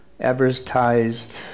advertised